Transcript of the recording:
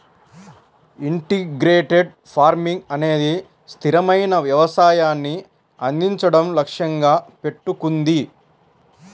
integrated farming అనేది స్థిరమైన వ్యవసాయాన్ని అందించడం లక్ష్యంగా పెట్టుకుంది